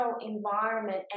environment